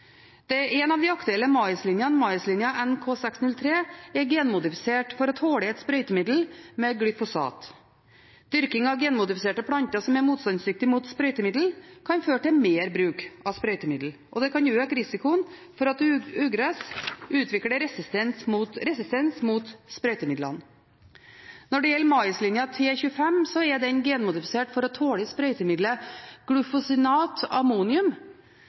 En av de aktuelle maislinjene, maislinja NK603, er genmodifisert for å tåle et sprøytemiddel med glyfosat. Dyrking av genmodifiserte planter som er motstandsdyktige mot sprøytemidler, kan føre til mer bruk av sprøytemidler, og det kan øke risikoen for at ugress utvikler resistens mot sprøytemidlene. Når det gjelder maislinja T25, så er den genmodifisert for å tåle sprøytemiddelet glufosinat-ammonimun, et sprøytemiddel som paradoksalt nok er forbudt i